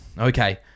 Okay